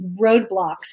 roadblocks